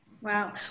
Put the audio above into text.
Wow